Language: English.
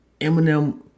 eminem